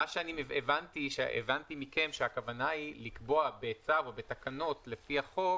הבנתי מכם שהכוונה היא לקבוע בצו או בתקנות לפי החוק,